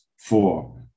four